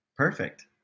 Perfect